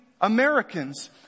Americans